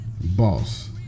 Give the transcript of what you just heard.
Boss